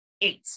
eight